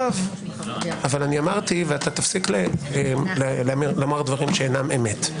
אמרתי ותפסיק לומר דברים שאינם אמת.